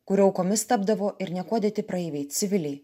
kurio aukomis tapdavo ir niekuo dėti praeiviai civiliai